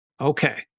Okay